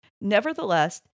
nevertheless